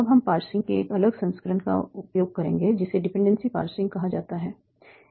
अब हम पार्सिंग के एक अलग संस्करण का उपयोग करेंगे जिसे डिपेंडेंसी पार्सिंग कहा जाता है